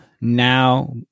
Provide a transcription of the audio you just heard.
now